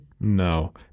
No